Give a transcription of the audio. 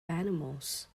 animals